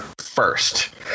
first